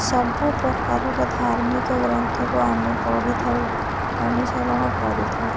ସବୁପ୍ରକାରର ଧାର୍ମିକ ଗ୍ରନ୍ଥକୁ ଆମେ ପଢ଼ିଥାଉ ଅନୁସରଣ କରିଥାଉ